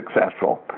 successful